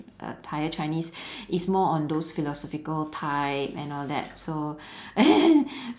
uh higher chinese is more on those philosophical type and all that so